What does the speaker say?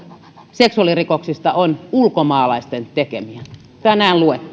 seksuaalirikoksista on ulkomaalaisten tekemiä tänään luettua